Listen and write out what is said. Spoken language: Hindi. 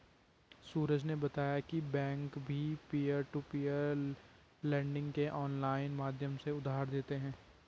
सूरज ने बताया की बैंक भी पियर टू पियर लेडिंग के ऑनलाइन माध्यम से उधार देते हैं